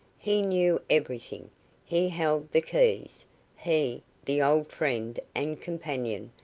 he knew everything he held the keys he, the old friend and companion,